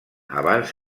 abans